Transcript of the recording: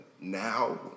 now